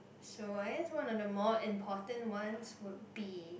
so I guess one of the more important ones would be